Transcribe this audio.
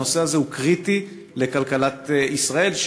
הנושא הזה הוא קריטי לכלכלת ישראל,